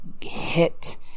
hit